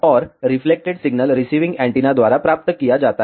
और reflected signal receiving antenna द्वारा प्राप्त किया जाता है